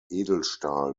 edelstahl